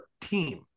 team